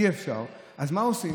אז מה עושים?